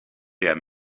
der